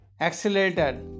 accelerator